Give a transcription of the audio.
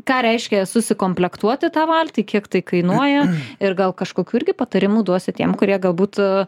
ką reiškia susikomplektuoti tą valtį kiek tai kainuoja ir gal kažkokių irgi patarimu duosi tiek kurie galbūt